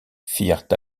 firent